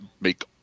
make